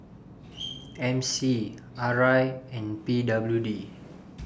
M C R I and P W D